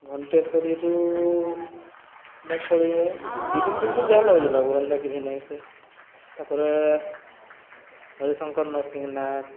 ଘଣ୍ଟେଶ୍ଵରୀରୁ ବା ପଳେଇ ମୁଁ ଦିଇ ଦିନ୍ ତିନ୍ ଦିନ୍ ଯାହା ଲାଗୁଚେ ଲାଗୁ ହେନ୍ତା କିଛି ନାଇଁରେ ତା'ପରେ ହରିଶଙ୍କର୍ ନରସିଂହନାଥ୍